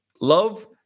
Love